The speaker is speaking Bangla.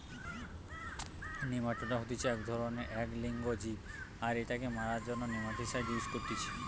নেমাটোডা হতিছে এক ধরণেরএক লিঙ্গ জীব আর এটাকে মারার জন্য নেমাটিসাইড ইউস করতিছে